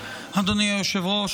אדוני היושב-ראש,